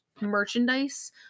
merchandise